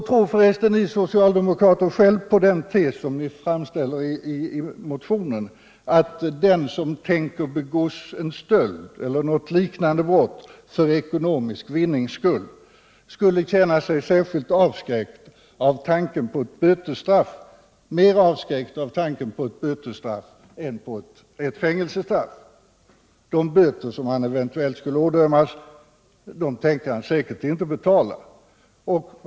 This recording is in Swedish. Tror förresten socialdemokrater själva på den tes som ni för fram i motionen, att den som tänker begå en stöld eller liknande brott för ekonomisk vinning skulle känna sig mer avskräckt av tanken på ett bötesstraff än på ett fängelsestraff? De böter som vederbörande eventuellt skulle ådömas tänker han säkert inte betala.